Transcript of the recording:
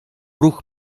ruch